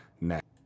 next